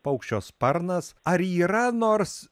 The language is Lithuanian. paukščio sparnas ar yra nors